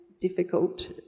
difficult